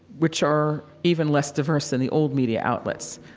which are even less diverse than the old media outlets.